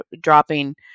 dropping